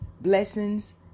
blessings